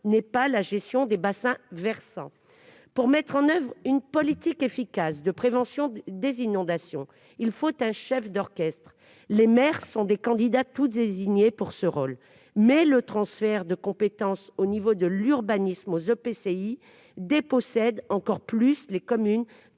n'est pas la gestion des bassins versants. Pour mettre en oeuvre une politique efficace de prévention des inondations, il faut un chef d'orchestre. Les maires sont des candidats tout désignés pour ce rôle, mais le transfert de compétences en matière d'urbanisme aux établissements publics